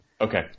Okay